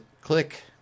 click